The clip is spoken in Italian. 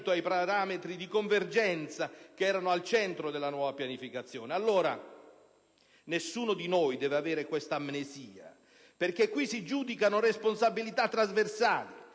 Allora, nessuno di noi deve avere questa amnesia, perché qui si giudicano responsabilità trasversali.